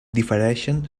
difereixen